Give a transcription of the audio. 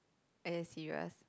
are you serious